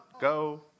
Go